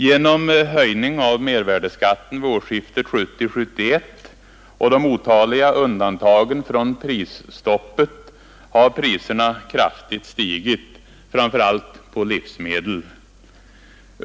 Genom höjningen av mervärdeskatten vid årsskiftet 1970-1971 och de otaliga undantagen från prisstoppet har priserna kraftigt stigit, framför allt på livsmedel.